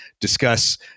discuss